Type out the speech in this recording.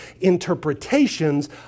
interpretations